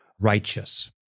righteous